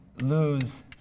lose